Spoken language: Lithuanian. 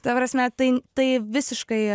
ta prasme tai tai visiškai